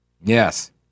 Yes